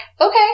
okay